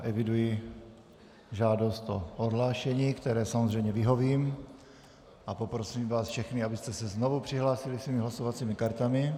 Eviduji žádost o odhlášení, které samozřejmě vyhovím, a poprosím vás všechny, abyste se znovu přihlásili svými hlasovacími kartami.